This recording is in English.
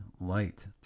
light